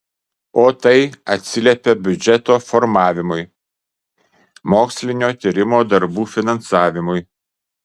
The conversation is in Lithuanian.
o tai atsiliepia biudžeto formavimui mokslinio tyrimo darbų finansavimui